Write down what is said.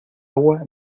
agua